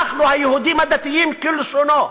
אנחנו, היהודים הדתיים כלשונו,